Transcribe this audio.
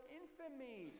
infamy